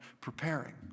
preparing